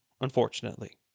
unfortunately